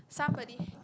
somebody